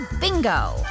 Bingo